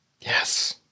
Yes